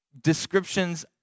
descriptions